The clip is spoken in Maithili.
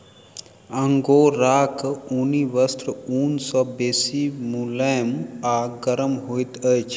अंगोराक ऊनी वस्त्र ऊन सॅ बेसी मुलैम आ गरम होइत अछि